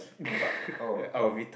no but oh but would